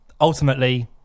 Ultimately